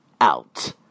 out